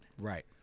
Right